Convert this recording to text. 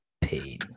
Pain